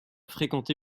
fréquenté